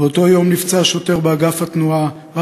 באותו יום נפצע שוטר באגף התנועה,